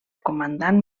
comandant